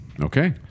Okay